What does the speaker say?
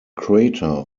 crater